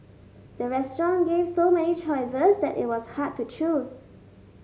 the restaurant gave so many choices that it was hard to choose